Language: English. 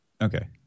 Okay